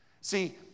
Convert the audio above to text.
See